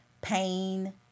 pain